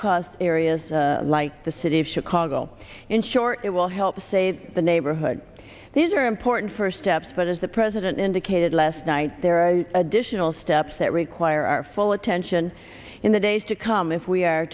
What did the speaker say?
cost areas like the city of chicago in short it will help save the neighborhood these are important first steps but as the president indicated last night there are additional steps that require our full attention in the days to come if we are